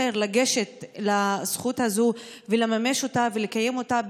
לגשת לזכות הזו ולממש אותה ולקיים אותה,